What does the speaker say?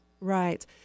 right